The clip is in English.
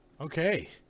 okay